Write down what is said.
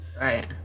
right